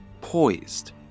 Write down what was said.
poised